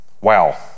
Wow